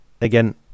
Again